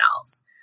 else